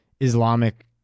Islamic